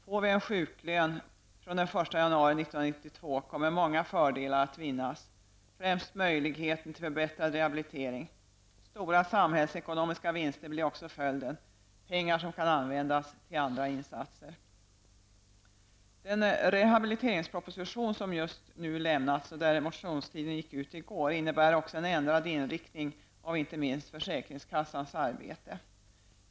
Får vi en sjuklön från den första januari 1992 kommer många fördelar att vinnas, främst möjligheten till förbättrad rehabilitering. Stora samhällsekonomiska vinster blir också följden -- pengar som kan användas till andra insatser. Den rehabiliteringsproposition som just nu har lämnats och för vilka motionstiden gick ut i går innebär också en ändrad inriktning av inte minst försäkringskassans arbete.